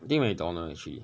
eating mcdonald actually